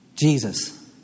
Jesus